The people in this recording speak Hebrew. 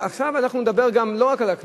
עכשיו אנחנו נדבר גם, לא רק על הקנס.